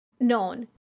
none